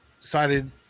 Decided